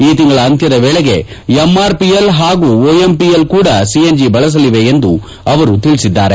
ಈ ತಿಂಗಳ ಅಂತ್ಲದ ವೇಳೆಗೆ ಎಂ ಆರ್ ಪಿ ಎಲ್ ಹಾಗೂ ಒಎಂಪಿಎಲ್ ಕೂಡಾ ಸಿ ಎನ್ ಜಿ ಬಳಸಲಿವೆ ಎಂದು ಅವರು ತಿಳಿಸಿದರು